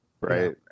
right